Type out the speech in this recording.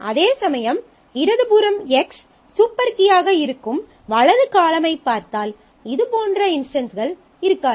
அதேசமயம் இடது புறம் X சூப்பர் கீயாக இருக்கும் வலது காலமைப் பார்த்தால் இதுபோன்ற இன்ஸ்டன்ஸ்கள் இருக்காது